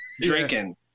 drinking